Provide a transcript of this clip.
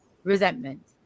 Resentment